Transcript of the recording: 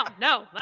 no